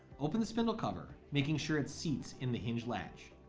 open the spindle cover making sure its seats in the hinge latch.